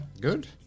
Good